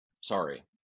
sorry